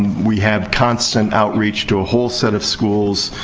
we have constant outreach to a whole set of schools.